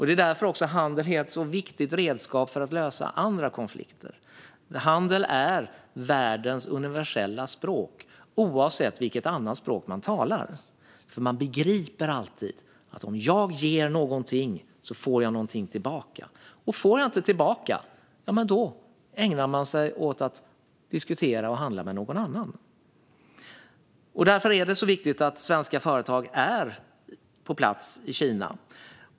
Det är också därför handeln är ett viktigt redskap för att lösa andra konflikter. Handel är världens universella språk oavsett vilket annat språk man talar, för man begriper alltid att om man ger något så får man något tillbaka. Men får man inget tillbaka diskuterar och handlar man med någon annan. Därför är det viktigt att svenska företag är på plats i Kina.